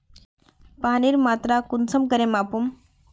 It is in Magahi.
पानीर मात्रा कुंसम करे मापुम?